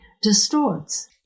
Distorts